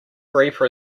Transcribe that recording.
reaper